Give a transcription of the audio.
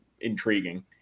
intriguing